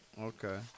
Okay